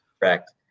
Correct